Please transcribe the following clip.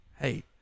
Hey